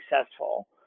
successful